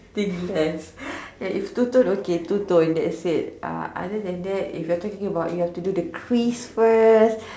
thin lines if two tone okay two tone that's it uh other then that if you are talking about have to do the crease first